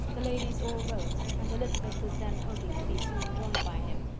the ladies all rose, and elizabeth was then hoping to be soon joined by him,